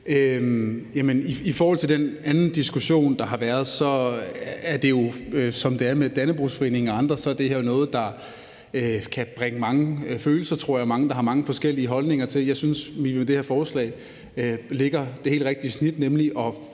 I forhold til den anden diskussion, der har været, så er det jo, som det er for Dannebrogs-Samfundet og andre, jo noget, der kan vække mange følelser, og der er mange, der har mange forskellige holdninger til det. Jeg synes, at vi med det her forslag lægger det helt rigtige snit, nemlig at